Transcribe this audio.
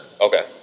Okay